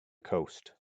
coast